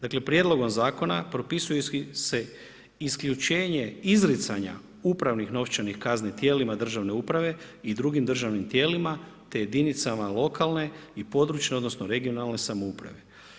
Dakle prijedlogom zakona propisuju se isključenje izricanja upravnih novčanih kazni tijelima državne uprave i drugim državnim tijelima te jedinicama lokalne i područne, odnosno regionalne samouprave.